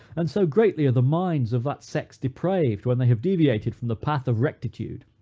and so greatly are the minds of that sex depraved when they have deviated from the path of rectitude,